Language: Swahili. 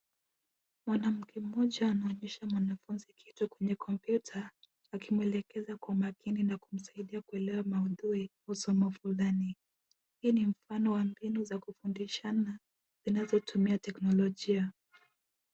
Mwanamke mmoja anaonyesha mwanafunzi kitu kwenye kompyuta akimwelekeza kwa umakini na kumsaidia kuelewa maudhui ya somo fulani. Hii ni mfano mbinu za kufundishana zinazotumia teknolojia.